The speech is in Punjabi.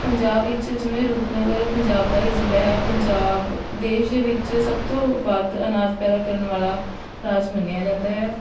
ਪੰਜਾਬ ਵਿੱਚ ਜਿਵੇਂ ਰੂਪਨਗਰ ਪੰਜਾਬ ਦਾ ਹੀ ਜ਼ਿਲ੍ਹਾ ਹੈ ਪੰਜਾਬ ਦੇਸ਼ ਵਿੱਚ ਸਭ ਤੋਂ ਵੱਧ ਅਨਾਜ ਪੈਦਾ ਕਰਨ ਵਾਲਾ ਰਾਜ ਮੰਨਿਆ ਜਾਂਦਾ ਹੈ